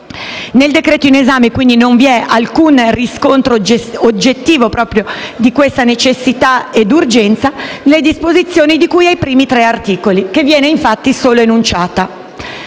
Nel decreto-legge in esame, quindi, non vi è alcun riscontro oggettivo proprio di questa necessità ed urgenza, nelle disposizioni di cui ai primi tre articoli, dove viene infatti solo enunciata.